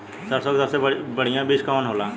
सरसों क सबसे बढ़िया बिज के कवन होला?